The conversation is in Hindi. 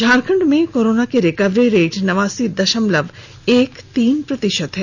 झारखंड में कोरोना की रिकवरी रेट नवासी दशमलव एक तीन प्रतिशत है